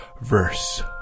verse